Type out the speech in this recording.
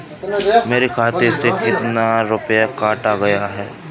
मेरे खाते से कितना रुपया काटा गया है?